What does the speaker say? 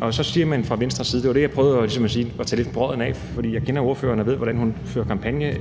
mig. Så siger man det fra Venstres side, og det var det, jeg prøvede at tage brodden af, for jeg kender ordføreren og ved, hvordan hun fører kampagne